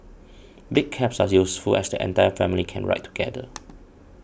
big cabs are useful as the entire family can ride together